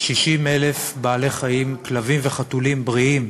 60,000 בעלי-חיים, כלבים וחתולים בריאים,